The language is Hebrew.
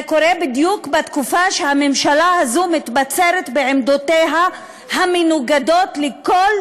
זה קורה בדיוק בתקופה שהממשלה הזאת מתבצרת בעמדותיה המנוגדות לכל